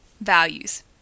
Values